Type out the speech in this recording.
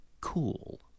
cool